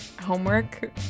homework